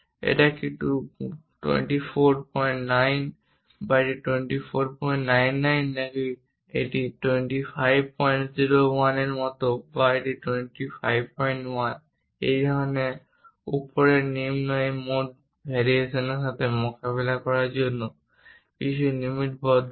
এটি কি 249 বা এটি 2499 নাকি এটি 2501 এর মতো বা এটি 251 এই ধরণের উপরের নিম্ন এই মোট ভেরিয়েশনের সাথে মোকাবিলা করার জন্য কিছু লিমিটবদ্ধ করে